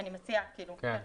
כן,